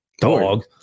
Dog